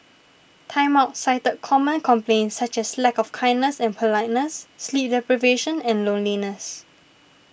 Time Out cited common complaints such as lack of kindness and politeness sleep deprivation and loneliness